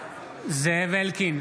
זאב אלקין,